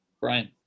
Brian